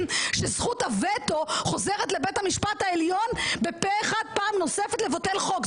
שזכות הווטו חוזרת לבית המשפט העליון בפה-אחד פעם נוספת לבטל חוק.